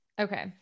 okay